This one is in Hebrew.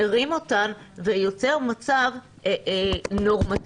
מרים אותן ויוצר מצב נורמטיבי.